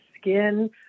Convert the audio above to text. skin